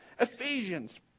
Ephesians